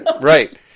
Right